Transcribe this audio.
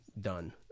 done